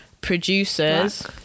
producers